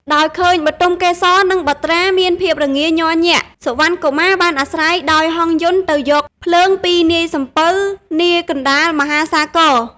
ដោយឃើញបទុមកេសរ និងបុត្រាមានភាពរងាញ័រញាក់ សុវណ្ណកុមារបានអាស្រ័យដោយហង្សយន្តទៅយកភ្លើងពីនាយសំពៅនាកណ្តាលមហាសាគរ។